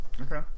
okay